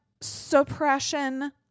suppression